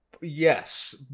yes